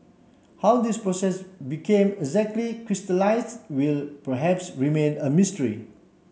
how this process became exactly crystallised will perhaps remain a mystery